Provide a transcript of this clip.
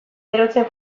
berotzen